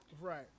Right